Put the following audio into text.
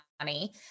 money